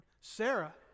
Sarah